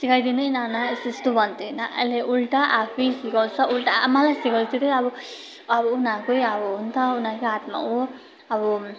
सिकाइदिनु है नाना यस्तो यस्तो भन्थ्यो होइन अहिले उल्टा आफै सिकाउँछ उल्टा मलाई सिकाउँछ त्यो चाहिँ अब अब उनीहरूकै अब हो नि त अब उनीहरूकै हातमा हो अब